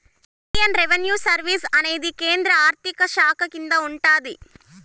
Indian revenue service అనేది కేంద్ర ఆర్థిక శాఖ కింద ఉంటాది